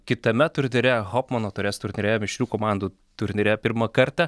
kitame turnyre hopmono taurės turnyre mišrių komandų turnyre pirmą kartą